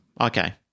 Okay